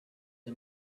the